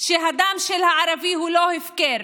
שהדם של הערבי הוא לא הפקר